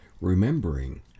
remembering